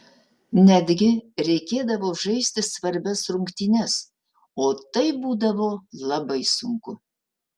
netgi reikėdavo žaisti svarbias rungtynes o tai būdavo labai sunku